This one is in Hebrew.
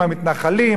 על מתנחלים,